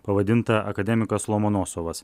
pavadintą akademikas lomonosovas